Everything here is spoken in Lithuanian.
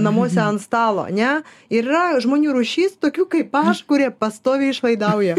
namuose ant stalo ane ir yra žmonių rūšis tokių kaip aš kurie pastoviai išlaidauja